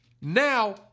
now